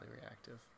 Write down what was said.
reactive